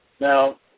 Now